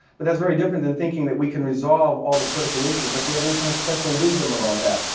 but that's very different than thinking that we can resolve all the political issues, like we have any kind of special wisdom about that.